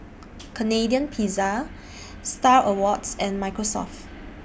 Canadian Pizza STAR Awards and Microsoft